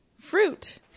fruit